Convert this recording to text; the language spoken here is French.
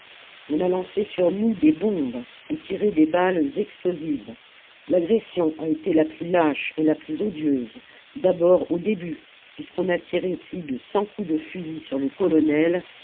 on a lancé sur nous des bombes et tiré des balles explosibles l'agression a été la plus lâche et la plus odieuse d'abord au début puisqu'on a tiré plus de cent coups de fusil sur le colonel